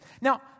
Now